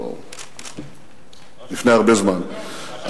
לא לפני הרבה זמן,